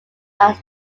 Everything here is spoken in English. are